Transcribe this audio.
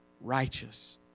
Righteous